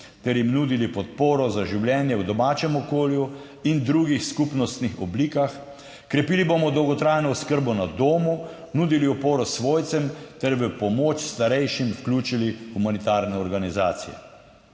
ter jim nudili podporo za življenje v domačem okolju in drugih skupnostnih oblikah. Krepili bomo dolgotrajno oskrbo na domu, nudili oporo svojcem ter v pomoč starejšim vključili humanitarne organizacije.